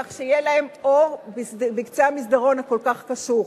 כך שיהיה להן אור בקצה המסדרון הכל-כך חשוך.